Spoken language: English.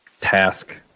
task